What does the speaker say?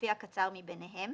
לפי הקצר מבניהם